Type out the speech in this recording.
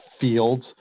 fields